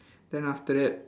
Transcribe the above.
then after that